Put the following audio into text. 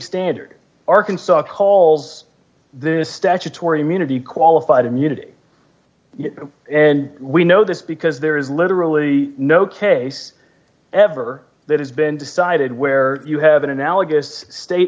standard arkansas calls d this statutory immunity qualified immunity and we know this because there is literally no case ever that has been decided where you have an analogous state